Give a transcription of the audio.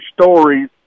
stories